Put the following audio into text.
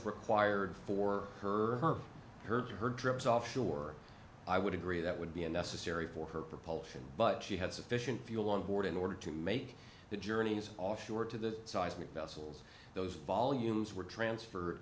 required for her her to her drops off shore i would agree that would be unnecessary for her propulsion but she had sufficient fuel on board in order to make the journeys off shore to the saw vessels those volumes were transferred